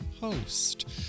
host